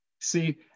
See